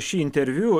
šį interviu